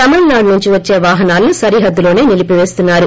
తమిళనాడు నుంచి వచ్చే వాహనాలను సరిహద్దుల్లోనే నిలిపిపేస్తున్నారు